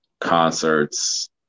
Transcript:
concerts